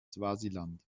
swasiland